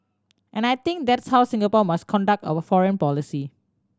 and I think that's how Singapore must conduct our foreign policy